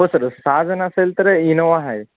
हो सर सहा जण असेल तर इनोवा आहे